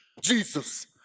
Jesus